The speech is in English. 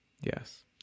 Yes